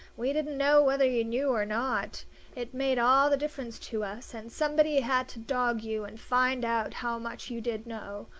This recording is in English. we didn't know whether you knew or not it made all the difference to us and somebody had to dog you and find out how much you did know.